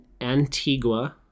Antigua